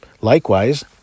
Likewise